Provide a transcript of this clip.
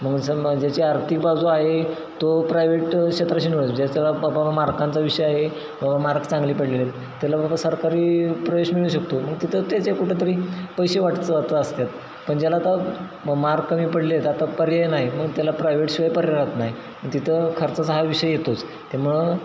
मग सन्मा ज्याची आर्तिक बाजू आहे तो प्रायव्हेट शेत्रशन मिळवतो ज्याला बाबा मार्कांचा विषय आहे मार्क चांगले पडलेले आहेत त्याला बाबा सरकारी प्रवेश मिळू शकतो मग तिथं तेचे कुठंतरी पैसे वाटचं वाचत असतात पण ज्याला आता मार्क कमी पडलेत आता पर्याय नाही मग त्याला प्रायव्हेटशिवाय पर्याय राहत नाही तिथं खर्चाचा हा विषय येतोच त्यामुळं